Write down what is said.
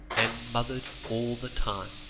and mothered all the time.